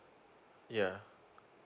yeah